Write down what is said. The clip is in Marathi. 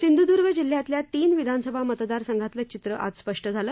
सिंध्दूर्ग जिल्ह्यातल्या तीन विधानसभा मतदार संघातल चित्र आज स्पष्ट झालं